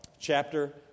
chapter